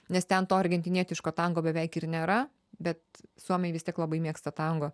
nes ten to argentinietiško tango beveik ir nėra bet suomiai vis tiek labai mėgsta tango